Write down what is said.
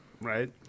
Right